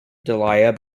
delia